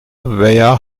veya